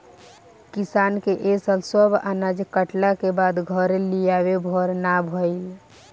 किसान के ए साल सब अनाज कटला के बाद घरे लियावे भर ना भईल